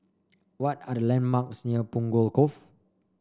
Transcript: what are the landmarks near Punggol Cove